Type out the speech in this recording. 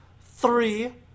Three